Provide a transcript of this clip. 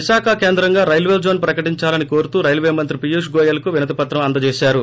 విశాఖ కేంద్రంగా రైల్వేజోన్ ప్రకటిందాలని కోరుతూ రైల్వే మంత్రి పియూష్ గోయల్కు వినతి పత్రం అందజేశారు